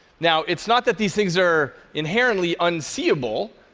now, it's not that these things are inherently unseeable.